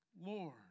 Lord